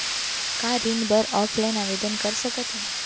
का ऋण बर ऑफलाइन आवेदन कर सकथन?